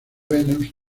venus